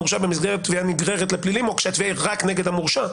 מורשע במסגרת תביעה נגררת לפלילים או כשהתביעה היא רק נגד המורשע,